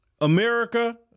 America